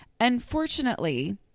Unfortunately